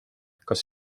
kas